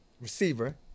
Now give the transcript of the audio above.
receiver